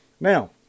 Now